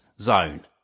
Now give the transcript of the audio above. zone